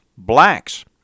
blacks